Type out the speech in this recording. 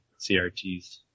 CRTs